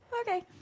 Okay